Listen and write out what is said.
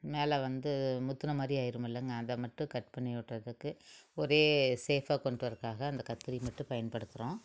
மேலே வந்து முத்தின மாதிரி ஆகிரும்லங்க அதை மட்டும் கட் பண்ணி விட்டதுக்கு ஒரே சேஃபாக கொண்டு வரதுக்காக அந்த கத்திரி மட்டும் பயன்படுத்துகிறோம்